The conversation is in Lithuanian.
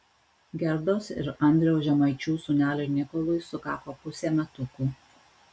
gerdos ir andriaus žemaičių sūneliui nikolui sukako pusė metukų